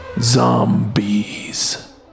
Zombies